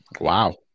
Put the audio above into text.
Wow